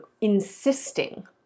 insisting